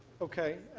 okay.